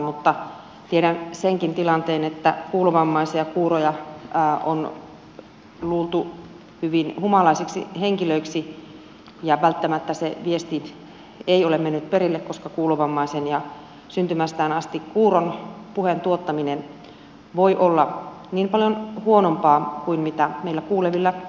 mutta tiedän senkin tilanteen että kuulovammaisia ja kuuroja on luultu hyvin humalaisiksi henkilöiksi ja välttämättä se viesti ei ole mennyt perille koska kuulovammaisen ja syntymästään asti kuuron puheentuottaminen voi olla niin paljon huonompaa kuin mitä meillä kuulevilla on